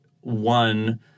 one